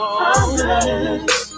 promise